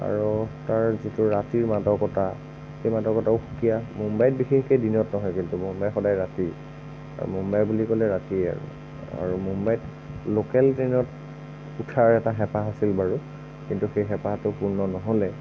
আৰু তাৰ যিটো ৰাতিৰ মাদকতা সেই মাদকতাও সুকীয়া মুম্বাইত বিশেষকৈ দিনত নহয় কিন্তু মুম্বাই সদায় ৰাতিৰ মুম্বাই বুলি ক'লে ৰাতিয়ে আৰু আৰু মুম্বাইত লোকেল ট্ৰেইনত উঠাৰ এটা হেঁপাহ আছিল বাৰু কিন্তু সেই হেঁপাহটো পূৰ্ণ নহ'লে